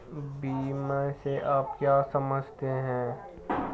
बीमा से आप क्या समझते हैं?